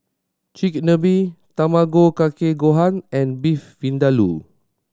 Chigenabe Tamago Kake Gohan and Beef Vindaloo